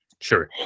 sure